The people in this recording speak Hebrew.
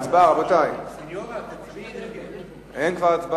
בעד, 6,